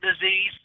disease